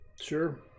Sure